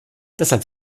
deshalb